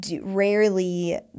rarely